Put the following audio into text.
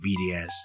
BDS